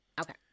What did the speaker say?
Okay